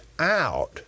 out